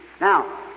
Now